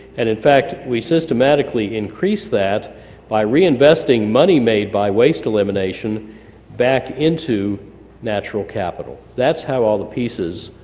and, in fact, we systematically increase that by reinvesting money made by waste elimination back into natural capital that's how all the pieces